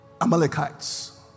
Amalekites